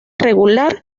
rectangular